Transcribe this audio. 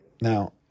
Now